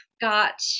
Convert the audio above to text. got